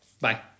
bye